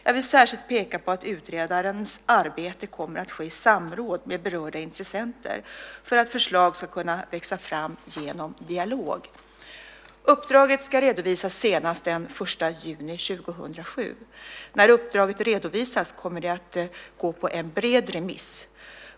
Jag vill särskilt peka på att utredarens arbete kommer att ske i samråd med berörda intressenter, för att förslag ska kunna växa fram genom dialog. Uppdraget ska redovisas senast den 1 juni 2007. När uppdraget redovisats kommer det att gå på en bred remiss.